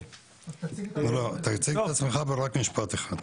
תציג את עצמך ותאמר משפט אחד.